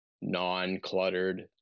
non-cluttered